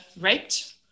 raped